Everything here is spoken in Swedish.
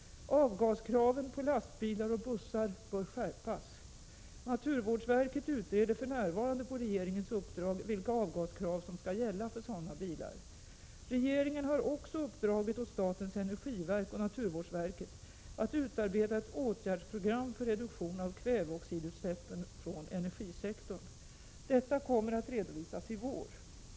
Avgaskraven på lastbilar och bussar bör skärpas. Naturvårdsverket utreder för närvarande på regeringens uppdrag vilka avgaskrav som skall gälla för sådana bilar. Regeringen har också uppdragit åt statens energiverk och naturvårdsverket att utarbeta ett åtgärdsprogram för reduktion av kväveoxidutsläppen från energisektorn. Detta kommer att redovisas i vår.